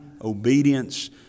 obedience